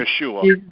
Yeshua